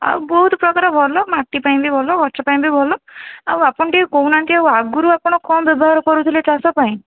ଆଉ ବହୁତ ପ୍ରକାର ଭଲ ମାଟି ପାଇଁ ବି ଭଲ ଗଛ ପାଇଁ ବି ଭଲ ଆଉ ଆପଣ ଟିକେ କହୁନାହାନ୍ତି ଆଉ ଆଗରୁ ଆପଣ କଣ ବ୍ୟବହାର କରୁଥିଲେ ଚାଷ ପାଇଁ